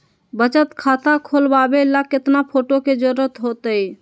बचत खाता खोलबाबे ला केतना फोटो के जरूरत होतई?